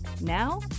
Now